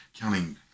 counting